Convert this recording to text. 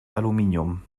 aluminium